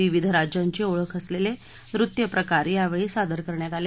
विविध राज्यांची ओळख असलेले नृत्यप्रकार यावेळी सादर करण्यात आले